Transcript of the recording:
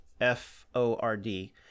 F-O-R-D